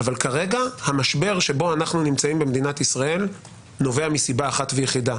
אבל כרגע המשבר שבו אנחנו נמצאים במדינת ישראל נובע מסיבה אחת ויחידה.